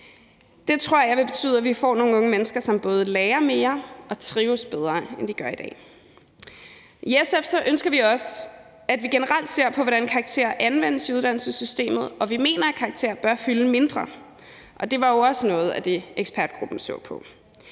vil betyde, at vi får nogle unge mennesker, som både lærer mere og trives bedre, end de gør i dag. I SF ønsker vi også, at vi generelt ser på, hvordan karakterer anvendes i uddannelsessystemet, og vi mener, at karakterer bør fylde mindre, og det var jo også noget af det, ekspertgruppen så på.